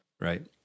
right